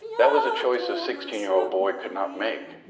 that was a choice a sixteen year old boy could not make.